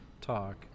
talk